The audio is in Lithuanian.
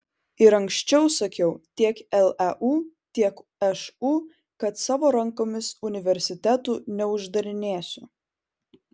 ir anksčiau sakiau tiek leu tiek šu kad savo rankomis universitetų neuždarinėsiu